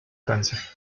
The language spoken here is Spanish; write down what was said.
cáncer